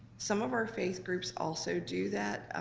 some of our faith groups also do that, ah